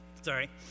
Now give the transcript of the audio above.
Sorry